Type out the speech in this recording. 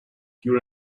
pure